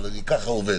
אבל אני ככה עובד,